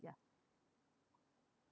ya